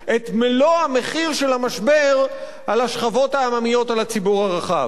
את מלוא המחיר של המשבר על השכבות העממיות על הציבור הרחב.